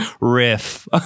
riff